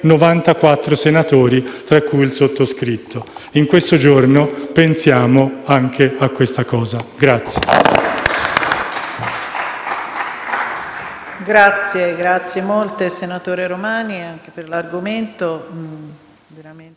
94 senatori, tra cui il sottoscritto. In questo giorno pensiamo anche a questa cosa.